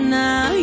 now